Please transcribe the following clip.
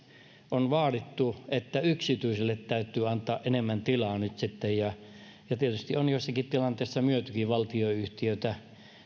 on vaadittu että yksityisille täytyy antaa enemmän tilaa nyt sitten tietysti on joissakin tilanteessa myytykin valtionyhtiöitä